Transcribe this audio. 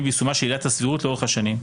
ביישומה של עילת הסבירות לאורך השנים.